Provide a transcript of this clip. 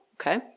okay